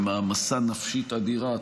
במעמסה נפשית אדירה.